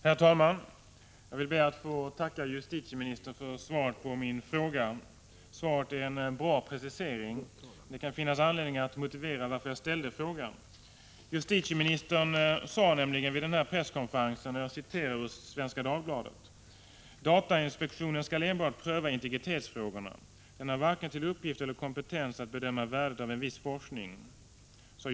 Herr talman! Jag ber att få tacka justitieministern för svaret på min fråga. Svaret är en bra precisering. Det kan finnas anledning att motivera varför jag ställde frågan. Justitieministern sade vid presskonferensen den 20 mars enligt citat ur Svenska Dagbladet: ”Datainspektionen skall enbart pröva integritetsfrågorna. Den har varken till uppgift eller kompetens att bedöma värdet av en viss forskning.